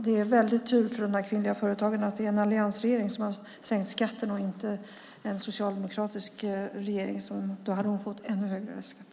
Det är en väldig tur för den här kvinnliga företagaren att vi har en alliansregering, som har sänkt skatten, och inte en socialdemokratisk regering. Då hade hon fått ännu högre restskatt.